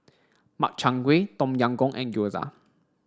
Makchang Gui Tom Yam Goong and Gyoza